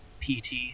PT